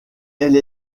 elle